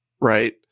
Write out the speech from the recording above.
right